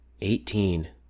Eighteen